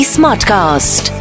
Smartcast